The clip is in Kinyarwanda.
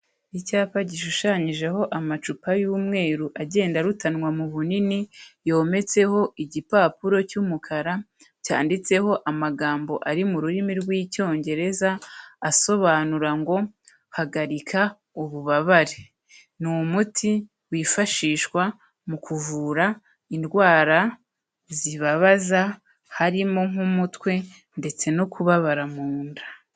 Icyapa gishushanyijeho amacupa y'umweru agenda arutanwa mu bunini, yometseho igipapuro cy'umukara cyanditseho amagambo ari mu rurimi rw'icyongereza asobanura ngo "Hagarika ububabare." Ni umuti wifashishwa mu kuvura indwara zibabaza harimo nk'umutwe ndetse no kubabara mu nda.